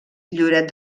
lloret